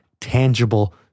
Tangible